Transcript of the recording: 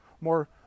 more